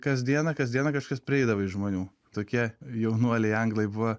kasdieną kasdieną kažkas prieidavo iš žmonių tokie jaunuoliai anglai buvo